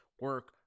Work